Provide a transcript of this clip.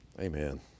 Amen